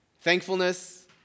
Thankfulness